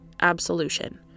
absolution